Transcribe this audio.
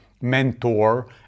mentor